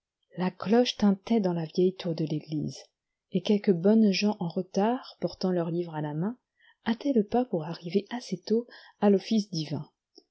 la cloche tinlait dans la vieille tour de l'église et quelques bonnes gens en retard portant leur livre à la main hâtaient le pas pour arriver assez tôt à l'office divin